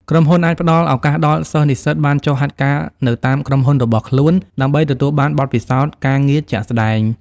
ក្រុមហ៊ុនអាចផ្តល់ឱកាសដល់សិស្ស-និស្សិតបានចុះហាត់ការនៅតាមក្រុមហ៊ុនរបស់ខ្លួនដើម្បីទទួលបានបទពិសោធន៍ការងារជាក់ស្តែង។